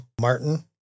Martin